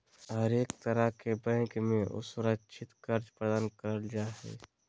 हरेक तरह के बैंक मे असुरक्षित कर्ज प्रदान करल जा हय